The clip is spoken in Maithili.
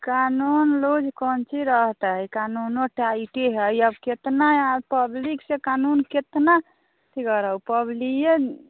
कानून रोज कोन चीज रहतै आओर ई कानूनो तऽ आइते हइ अब कतना पब्लिकसँ कानून कतना की करब पब्लिके